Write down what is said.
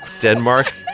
Denmark